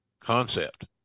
concept